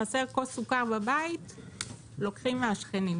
אם חסר כוס סוכר בבית לוקחים מהשכנים,